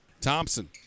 Thompson